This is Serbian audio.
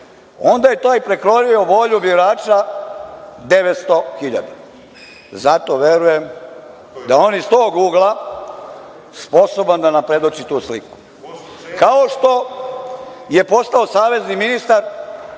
onda je taj prekrojio volju birača 900.000. Zato verujem da on iz tog ugla je sposoban da nam predoči tu sliku, kao što je postao savezni ministar